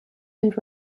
and